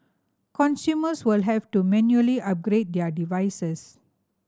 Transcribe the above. consumers will have to manually upgrade their devices